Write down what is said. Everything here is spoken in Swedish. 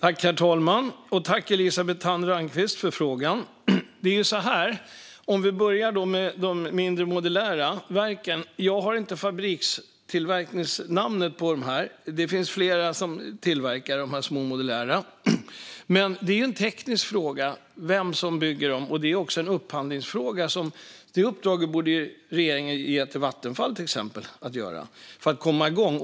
Herr talman! Tack, Elisabeth Thand Ringqvist, för frågan! Om vi börjar med de mindre, modulära verken har jag inte namnet på de fabriker som tillverkar dem; det finns flera. Men vem som bygger dem är en teknisk fråga och även en upphandlingsfråga. Regeringen borde ge uppdraget till Vattenfall, till exempel, för att komma igång.